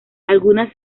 algunas